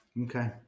Okay